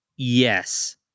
Yes